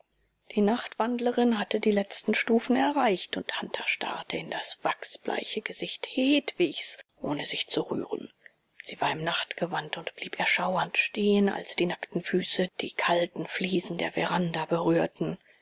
die nachtwandlerin hatte die letzten stufen erreicht und hunter starrte in das wachsbleiche gesicht hedwigs ohne sich zu rühren sie war im nachtgewand und blieb erschauernd stehen als die nackten füße die kalten fliesen der veranda berührten